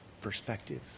perspective